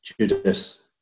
Judas